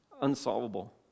unsolvable